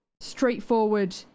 straightforward